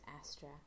Astra